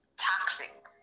toxic